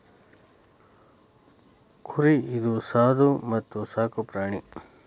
ಕುರಿ ಇದು ಸಾದು ಮತ್ತ ಸಾಕು ಪ್ರಾಣಿ